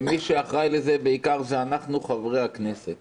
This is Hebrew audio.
מי שאחראי לזה בעיקר זה אנחנו חברי הכנסת